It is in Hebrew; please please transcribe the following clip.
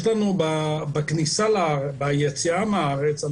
יש לנו ביציאה מהארץ,